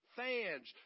fans